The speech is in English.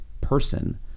person